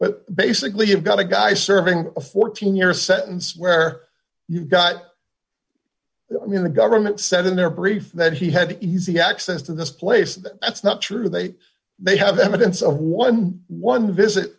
but basically you've got a guy serving a fourteen year sentence where you've got i mean the government said in their brief that he had easy access to this place and that's not true they they have evidence of eleven visit